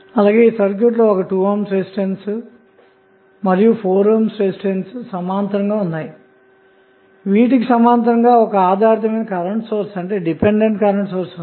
ఇక్కడ సర్క్యూట్ లోఒక 2 ohm resistance మరియు 4 ohm రెసిస్టెన్స్ సమాంతరంగాఉన్నాయి అలాగే వీటికి సమాంతరంగా ఒక ఆధారితమైన కరెంటు సోర్స్ ఉంది